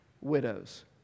widows